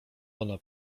ona